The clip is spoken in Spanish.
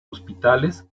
hospitales